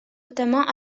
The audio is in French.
notamment